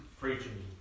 preaching